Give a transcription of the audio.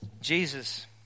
Jesus